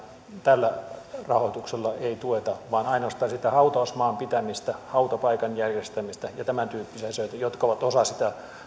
tällä rahoituksella ei ei tueta vaan ainoastaan sitä hautausmaan pitämistä hautapaikan järjestämistä ja tämäntyyppisiä asioita jotka ovat osa sitä